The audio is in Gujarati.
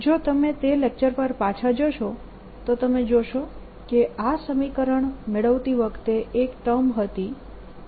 જો તમે તે લેક્ચર પર પાછા જશો તો તમે જોશો કે આ સમીકરણ મેળવતી વખતે એક ટર્મ હતી જે